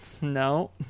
No